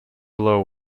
below